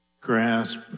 grasp